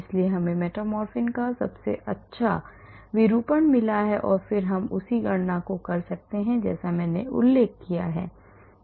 इसलिए हमें मेटफोर्मिन का सबसे अच्छा विरूपण मिला और फिर हम उसी गणना को कर सकते हैं जैसे मैंने उल्लेख किया है